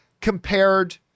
compared